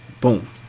boom